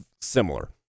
similar